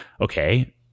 Okay